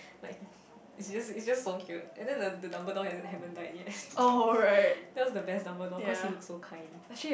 like it's just it's just so cute and then the the Dumbledore haven't haven't died yet that was the best Dumbledore cause he look so kind